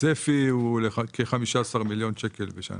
הצפי הוא לכ-15 מיליון שקלים בשנה.